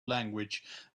language